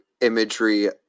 imagery